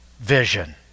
vision